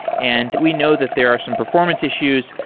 and we know that there are some performance issues.